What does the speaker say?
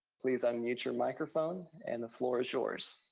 please unmute your microphone and the floor is yours.